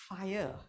fire